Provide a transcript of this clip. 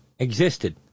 Existed